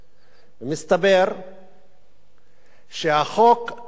מסתבר שהחוק כפוף להתנחלות,